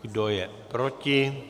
Kdo je proti?